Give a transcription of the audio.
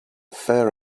fair